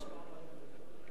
ואם גם זה לא קונסנזוס,